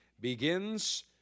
begins